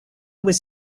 was